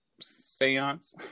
Seance